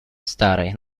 старой